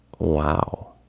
Wow